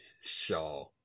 Shaw